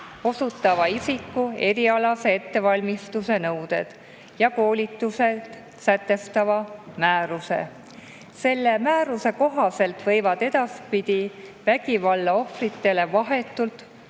osutava isiku erialase ettevalmistuse nõuded ja koolitused sätestava määruse. Selle määruse kohaselt võivad edaspidi vägivalla ohvritele vahetult